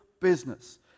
business